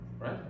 right